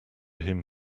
him